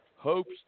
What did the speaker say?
Hopes